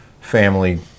family